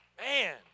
Man